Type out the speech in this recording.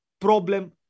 problem